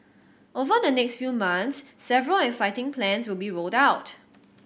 over the next few months several exciting plans will be rolled out